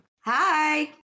Hi